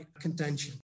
contention